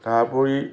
তাৰ উপৰি